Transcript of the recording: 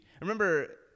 remember